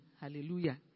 Hallelujah